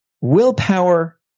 willpower